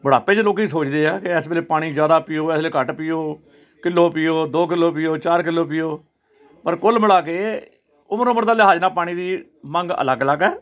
ਬੁਢਾਪੇ 'ਚ ਲੋਕ ਸੋਚਦੇ ਹੈ ਕਿ ਇਸ ਵੇਲੇ ਪਾਣੀ ਜ਼ਿਆਦਾ ਪੀਓ ਇਸ ਵੇਲੇ ਘੱਟ ਪੀਓ ਕਿਲੋ ਪੀਓ ਦੋ ਕਿਲੋ ਪੀਓ ਚਾਰ ਕਿਲੋ ਪੀਓ ਪਰ ਕੁੱਲ ਮਿਲਾ ਕੇ ਉਮਰ ਉਮਰ ਦਾ ਲਿਹਾਜ ਨਾਲ ਪਾਣੀ ਦੀ ਮੰਗ ਅਲੱਗ ਅਲੱਗ ਹੈ